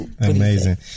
amazing